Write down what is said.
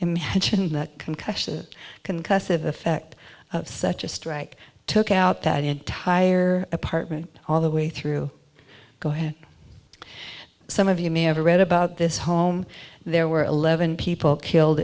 had that concussion concussive effect of such a strike took out that entire apartment all the way through go ahead some of you may have read about this home there were eleven people killed